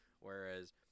whereas